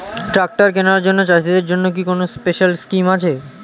Tractor কেনার জন্য চাষিদের জন্য কি কোনো স্পেশাল স্কিম আছে?